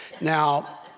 Now